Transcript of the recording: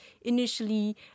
initially